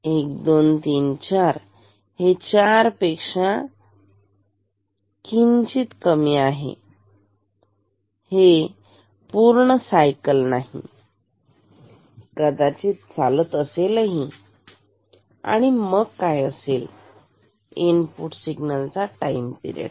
1 2 3 4 हे चार पेक्षा किंचित कमी आहे हे पूर्ण सायकल नाही कदाचित चालत असेलही आणि मग काय असेल इनपुट सिग्नल्सचा टाईम पिरेड